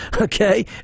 Okay